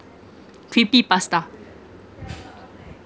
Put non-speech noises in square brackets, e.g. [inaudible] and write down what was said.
[noise] creepy pasta